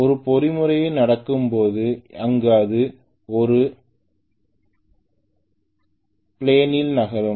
ஒரு பொறிமுறையில் நடக்கும் அங்கு அது ஒரு ஒரு பிலேனில் நகரும்